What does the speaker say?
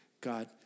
God